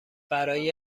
برای